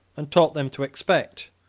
and taught them to expect,